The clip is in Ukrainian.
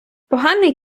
поганий